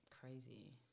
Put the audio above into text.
crazy